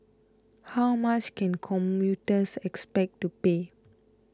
how much can commuters expect to pay